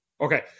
Okay